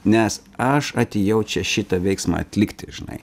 nes aš atėjau čia šitą veiksmą atlikti žinai